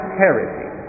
heresy